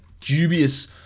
dubious